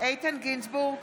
איתן גינזבורג,